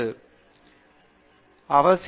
பேராசிரியர் பி